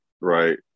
Right